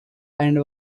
and